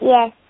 Yes